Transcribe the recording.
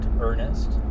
Ernest